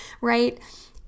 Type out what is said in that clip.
right